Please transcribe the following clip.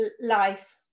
life